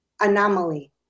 Anomaly